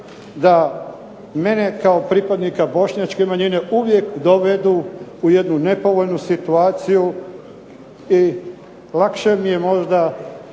da mene kao pripadnika Bošnjačke manjine uvijek dovedu u jednu nepovoljnu situaciju i lakše mi je možda